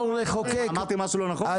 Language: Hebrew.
אמרתי משהו לא נכון?